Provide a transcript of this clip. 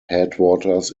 headwaters